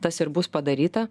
tas ir bus padaryta